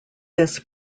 this